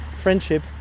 friendship